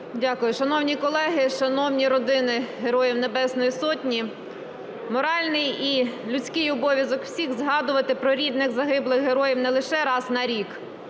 Дякую. Шановні колеги, шановні родини Героїв Небесної Сотні! Моральний і людський обов'язок всіх згадувати про рідних загиблих героїв не лише раз на рік,